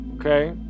Okay